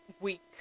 week